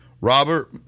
robert